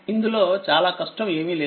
ఇందులో చాలా కష్టం ఏమీ లేదు